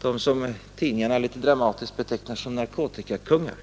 dem som tidningarna litet dramatiskt betecknar som narkotikakungar.